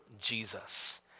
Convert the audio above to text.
Jesus